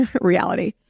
reality